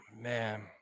Man